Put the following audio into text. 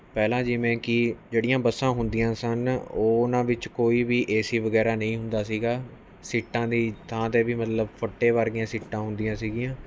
ਪਹਿਲਾਂ ਜਿਵੇਂ ਕੀ ਜਿਹੜੀਆਂ ਬੱਸਾਂ ਹੁੰਦੀਆਂ ਸਨ ਉਹਨਾਂ ਵਿੱਚ ਕੋਈ ਵੀ ਏ ਸੀ ਵਗੈਰਾ ਨਹੀਂ ਹੁੰਦਾ ਸੀਗਾ ਸੀਟਾਂ ਦੀ ਥਾਂ ਤੇ ਵੀ ਮਤਲਬ ਫੱਟੇ ਵਰਗੀਆਂ ਸੀਟਾਂ ਹੁੰਦੀਆਂ ਸੀਗੀਆਂ